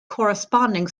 corresponding